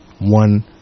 one